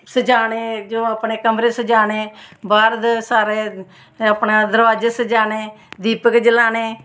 सज़ाने जो अपने कमरे सजाने बाह्र दे सारे अपने दरवाजे सज़ाने दीपक जलाने